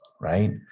right